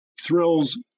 thrills